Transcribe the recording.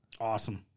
Awesome